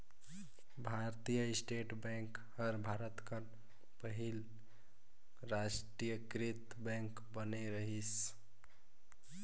भारतीय state bank हर भारत कर पहिल रास्टीयकृत बेंक बने रहिस